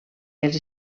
els